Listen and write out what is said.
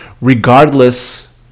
regardless